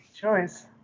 choice